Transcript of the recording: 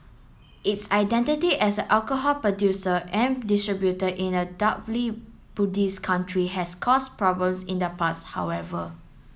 its identity as an alcohol producer and distributor in a Buddhist country has caused problems in the past however